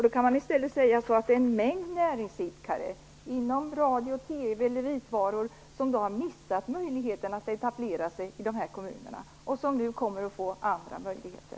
Då kan vi säga att det i stället är en mängd näringsidkare, inom radio-TV eller vitvaror, som har missat möjligheten att etablera sig i de här kommunerna och som nu kommer att få andra möjligheter.